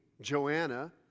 Joanna